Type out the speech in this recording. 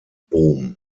bohm